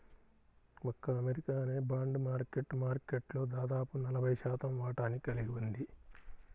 ఒక్క అమెరికానే bond market మార్కెట్లో దాదాపు నలభై శాతం వాటాని కలిగి ఉంది